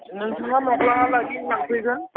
नोंथाङा माब्ला लागि लांफैगोन